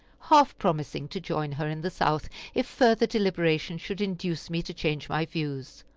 half promising to join her in the south if further deliberation should induce me to change my views.